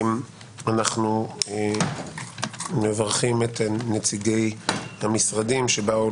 אנחנו מברכים את נציגי המשרדים שבאו